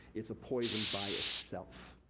it's a poison by itself,